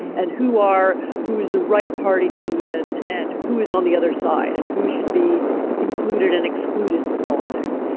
and who are who is the right party to be in and who is on the other side and who should be included and excluded from politics.